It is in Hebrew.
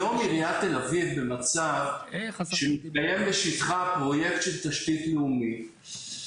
היום עירית תל אביב במצב שמתקיים בשטחה פרויקט של תשתית לאומית,